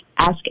ask